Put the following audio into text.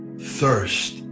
thirst